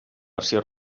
versió